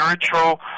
Spiritual